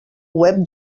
web